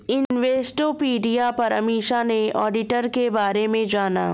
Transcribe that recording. Investopedia पर अमीषा ने auditor के बारे में जाना